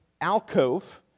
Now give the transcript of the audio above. alcove